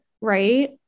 Right